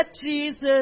Jesus